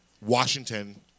Washington